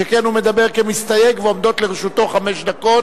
חבר הכנסת ישראל חסון השתכנע מדבריך,